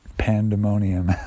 pandemonium